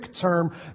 term